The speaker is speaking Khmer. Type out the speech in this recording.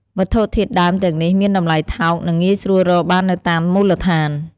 វត្ថុធាតុដើមទាំងនេះមានតម្លៃថោក និងងាយស្រួលរកបាននៅតាមមូលដ្ឋាន។